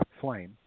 flame